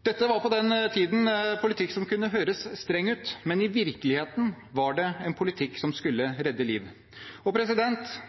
Dette var på den tiden en politikk som kunne høres streng ut, men i virkeligheten var det en politikk som